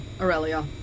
Aurelia